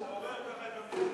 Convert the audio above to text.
שהוא עורר כך את המליאה,